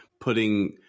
putting